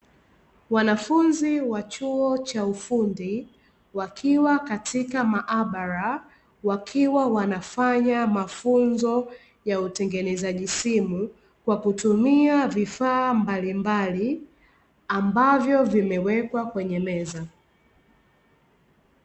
Wanafunzi wa chuo cha ufundi wakiwa katika maabara, wakiwa wanafanya mafunzo ya utengenezaji simu kwa kutumia vifaa mbalimbali, ambavyo vimewekwa kwenye meza.